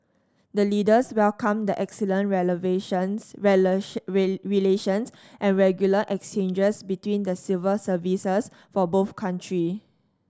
the leaders welcomed the excellent and regular exchanges between the civil services for both country